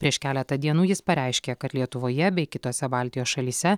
prieš keletą dienų jis pareiškė kad lietuvoje bei kitose baltijos šalyse